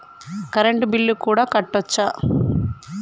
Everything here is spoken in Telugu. కరెంటు బిల్లు కూడా కట్టొచ్చా?